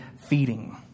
feeding